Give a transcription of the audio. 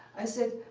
i said,